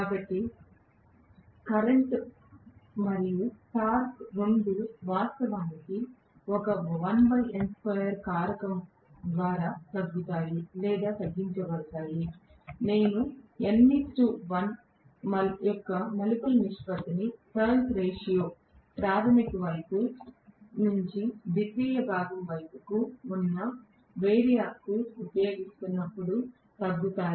కాబట్టి కరెంట్ మరియు టార్క్ రెండూ వాస్తవానికి ఒక కారకం ద్వారా తగ్గుతాయి లేదా తగ్గించబడతాయి నేను n 1 యొక్క మలుపుల నిష్పత్తిని ప్రాధమిక వైపు నుండి ద్వితీయ బాగం వైపు ఉన్న వేరియాక్ కు ఉపయోగిస్తున్నప్పుడు తగ్గుతాయి